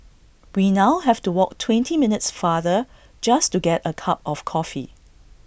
we now have to walk twenty minutes farther just to get A cup of coffee